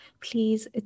Please